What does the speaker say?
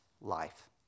life